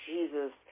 Jesus